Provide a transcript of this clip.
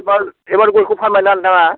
एबार एबार गयखौ फानबायना नोंथाङा